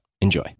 Enjoy